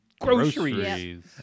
groceries